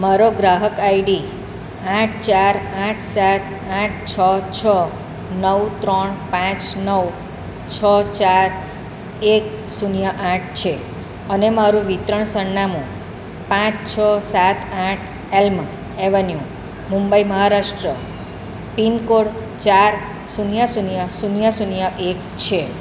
મારો ગ્રાહક આઈડી આઠ ચાર આઠ સાત આઠ છ છ નવ ત્રણ પાંચ નવ છ ચાર એક શૂન્ય આઠ છે અને મારુ વિતરણ સરનામું પાંચ છ સાત આઠ Elm Avenue Mumbai Maharashtra pin code ચાર શૂન્ય શૂન્ય શૂન્ય શૂન્ય એક છે